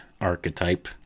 archetype